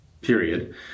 Period